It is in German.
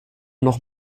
noch